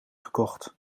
gekocht